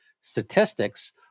statistics